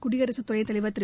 குடியரசுத் துணைத் தலைவா் திரு